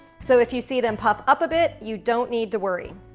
so, if you see them puff up a bit, you don't need to worry.